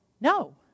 No